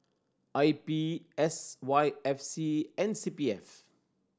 I P S Y F C and C P F